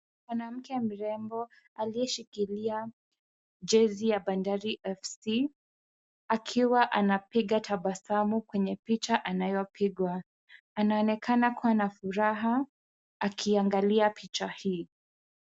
Mwanamke mrembo aliyeshikilia jezi ya Bandari F.C akiwa anapiga tabasamu kwenye picha anayopigwa. Anaonekana kuwa na furaha akiangalia picha hii.